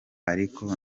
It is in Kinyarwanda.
ariko